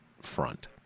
front